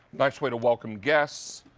nice way to welcome guess.